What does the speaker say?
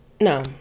no